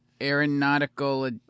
Aeronautical